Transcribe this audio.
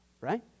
right